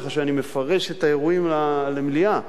ככה שאני מפרש את האירועים למליאה.